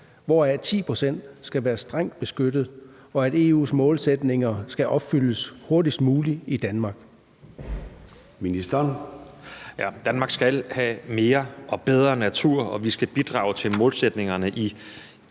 hvoraf 10 pct. skal være strengt beskyttet, og at EU’s målsætninger skal opfyldes hurtigst muligt i Danmark?